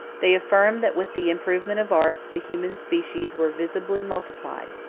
they affirm, that with the improvement of arts, the human species were visibly multiplied.